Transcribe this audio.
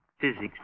Physics